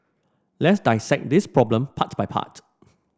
let's dissect this problem part by part